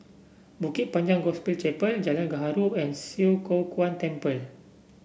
Bukit Panjang Gospel Chapel Jalan Gaharu and Swee Kow Kuan Temple